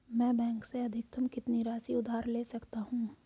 मैं बैंक से अधिकतम कितनी राशि उधार ले सकता हूँ?